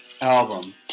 album